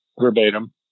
verbatim